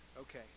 okay